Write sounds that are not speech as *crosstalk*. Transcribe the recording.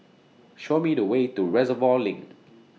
Show Me The Way to Reservoir LINK *noise*